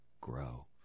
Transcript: grow